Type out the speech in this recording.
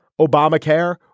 Obamacare